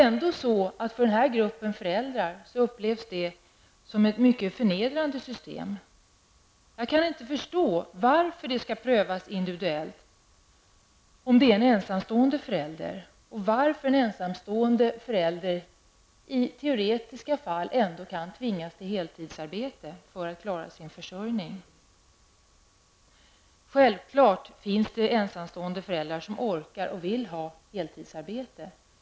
Ändå upplever denna grupp föräldrar att detta är ett mycket förnedrande system. Jag kan inte förstå varför de skall prövas individuellt om det gäller en ensamstående förälder, och varför dessa i teoretiska fall ändå kan tvingas till heltidsarbete för att klara sin försörjning. Självklart finns det ensamstående föräldrar som orkar och vill ha heltidsarbete.